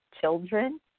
children